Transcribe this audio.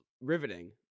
riveting